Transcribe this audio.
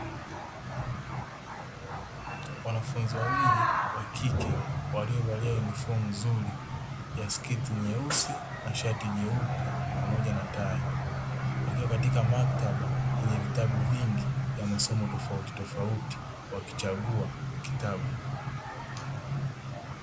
Wanafunzi wawili wa kike waliovalia yunifomu nzuri ya sketi nyeusi na shati jeupe pamoja na tai, wakiwa katika maktaba yenye vitabu vingi vya masomo tofauti tofauti wakichagua kitabu.